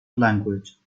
language